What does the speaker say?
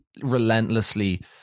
relentlessly